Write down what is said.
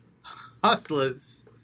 Hustlers